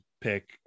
pick